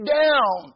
down